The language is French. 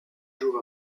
jours